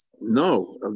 No